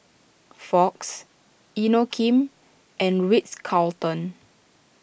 Fox Inokim and Ritz Carlton